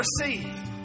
receive